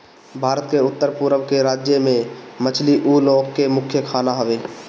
भारत के उत्तर पूरब के राज्य में मछली उ लोग के मुख्य खाना हवे